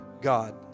god